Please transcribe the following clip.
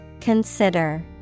consider